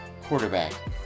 quarterback